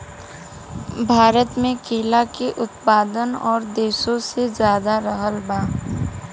भारत मे केला के उत्पादन और देशो से ज्यादा रहल बा